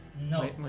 No